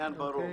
העניין ברור.